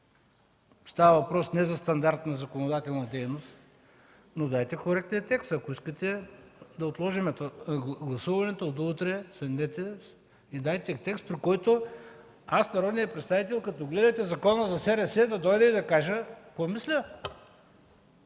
става въпрос не за стандартна законодателна дейност, но дайте коректния текст. Ако искате, да отложим гласуването до утре – седнете и дайте текст, при който аз, народният представител, като гледате Закона за СРС-тата, да дойда и да кажа какво мисля,